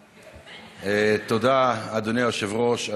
תודה, אדוני היושב-ראש.